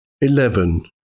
Eleven